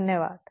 धन्यवाद